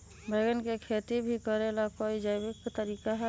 बैंगन के खेती भी करे ला का कोई जैविक तरीका है?